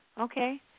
Okay